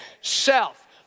Self